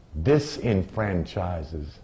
disenfranchises